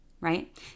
Right